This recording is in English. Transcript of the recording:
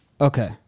Okay